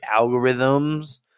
algorithms